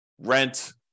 rent